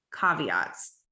caveats